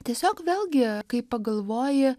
tiesiog vėlgi kai pagalvoji